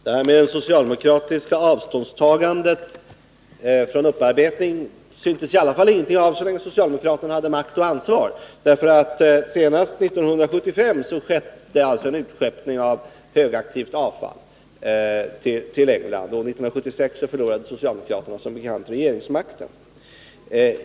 Herr talman! Något socialdemokratiskt avståndstagande från upparbetning syntes det i alla fall ingenting av så länge socialdemokraterna hade makt och ansvar. Senast 1975 skedde en utskeppning av högaktivt avfall till England, och 1976 förlorade socialdemokraterna som bekant regeringsmakten.